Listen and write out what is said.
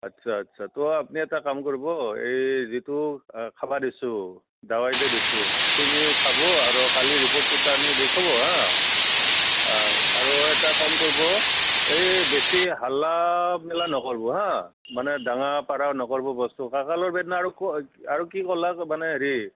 আচ্ছা আচ্ছা তো আপুনি এটা কাম কৰিব এই যিটো খাব দিছোঁ দাৱাই যে দিছোঁ হয় সেইখিনিকে খাব আৰু কালি ৰিপ'ৰ্টকেইটা আনি দেখুৱাব হাঁ আৰু আৰু এটা কাম কৰিব এই বেছি হালা মেলা নকৰিব হাঁ মানে ডাঙা পাৰা নকৰিব বস্তু কঁকালৰ বেদনা আৰু ক আৰু কি ক'লে মানে হেৰি